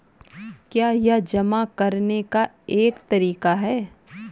क्या यह जमा करने का एक तरीका है?